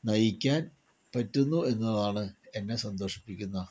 നയിക്കാൻ പറ്റുന്നു എന്നതാണ് എന്നെ സന്തോഷിപ്പിക്കുന്ന